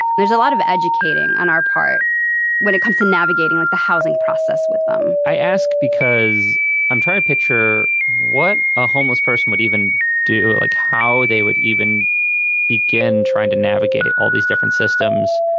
there's a lot of educating on our part when it comes to navigating like the housing process with them i ask because i'm trying to picture what a homeless person would even do it like how they would even begin trying to navigate all these different systems.